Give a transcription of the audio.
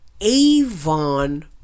Avon